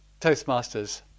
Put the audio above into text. Toastmasters